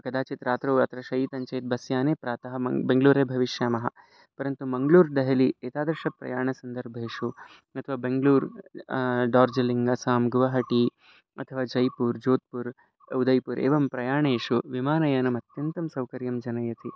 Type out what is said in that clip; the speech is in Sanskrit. कदाचित् रात्रौ अत्र शयितं चेत् बस् याने प्रातः मङ्ग् बेङ्गलूरे भविष्यामः परन्तु मङ्ग्लूर् देहली एतादृशप्रयाणसन्दर्भेषु अथवा बेङ्ग्लूर् डार्जिलिङ्ग् असां गोहटि अथवा जैपुर् जोद्पुर् उदय्पुर् एवं प्रायणेषु विमानयानम् अत्यन्तं सौकर्यं जनयति